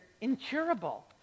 incurable